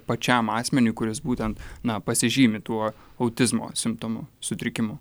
pačiam asmeniui kuris būtent na pasižymi tuo autizmo simptomu sutrikimu